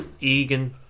Egan